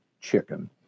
chicken